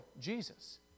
Jesus